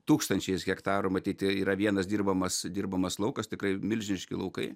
tūkstančiais hektarų matyti yra vienas dirbamas dirbamas laukas tikrai milžiniški laukai